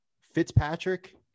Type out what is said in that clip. Fitzpatrick